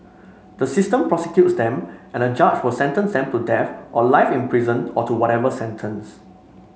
the system prosecutes them and a judge will sentence them to death or life in prison or to whatever sentence